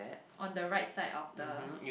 on the right side of the